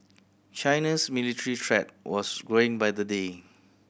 China's military threat was growing by the day